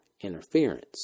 interference